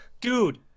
Dude